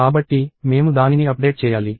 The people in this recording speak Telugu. కాబట్టి మేము దానిని అప్డేట్ చేయాలి